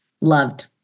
loved